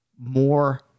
more